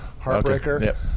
Heartbreaker